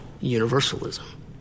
universalism